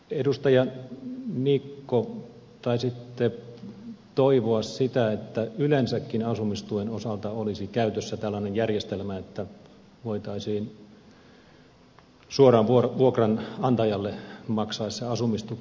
edustaja niikko taisitte toivoa sitä että yleensäkin asumistuen osalta olisi käytössä tällainen järjestelmä että voitaisiin suoraan vuokranantajalle maksaa se asumistuki